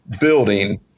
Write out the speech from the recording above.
building